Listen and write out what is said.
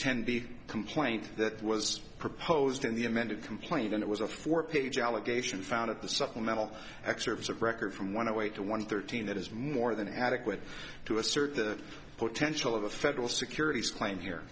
ten b complaint that was proposed in the amended complaint and it was a four page allegation found at the supplemental excerpts of record from one away to one of thirteen that is more than adequate to assert the potential of a federal securities claim here